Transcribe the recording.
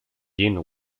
jeanne